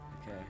Okay